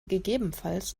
gegebenenfalls